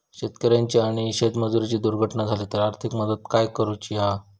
शेतकऱ्याची आणि शेतमजुराची दुर्घटना झाली तर आर्थिक मदत काय करूची हा?